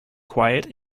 quiet